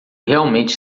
realmente